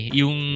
yung